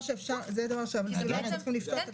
אפשר לכתוב את זה בנוסח.